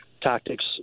tactics